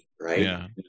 right